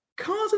cars